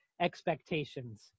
expectations